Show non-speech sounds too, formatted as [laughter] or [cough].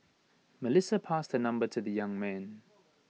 Melissa passed her number to the young man [noise]